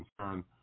concern